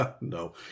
no